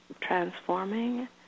transforming